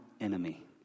enemy